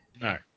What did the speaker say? No